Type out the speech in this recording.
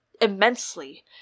immensely